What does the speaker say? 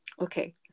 Okay